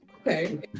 Okay